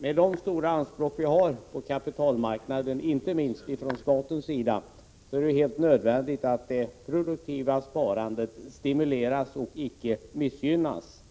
Med hänsyn till de stora anspråk som vi har på kapitalmarknaden, inte minst från statens sida, är det helt nödvändigt att det produktiva sparandet stimuleras och icke missgynnas.